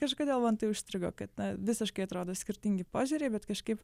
kažkodėl man tai užstrigo kad na visiškai atrodo skirtingi požiūriai bet kažkaip